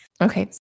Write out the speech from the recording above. Okay